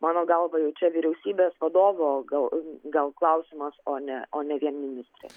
mano galva jau čia vyriausybės vadovo gal gal klausimas o ne o ne vien ministrės